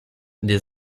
des